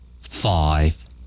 Five